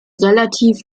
relativ